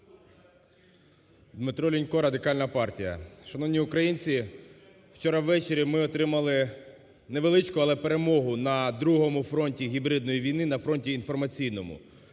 Дмитро Лінько, Радикальна партія. Шановні українці! Вчора увечері ми отримали невеличку, але перемогу на другому фронті гібридної війни, на фронті інформаційному.